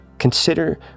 Consider